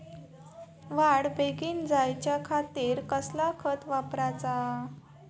वाढ बेगीन जायच्या खातीर कसला खत वापराचा?